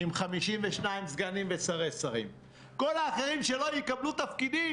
לא בהכרח ב-36 שרים ומעון חלופי לראש הממשלה.